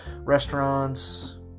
restaurants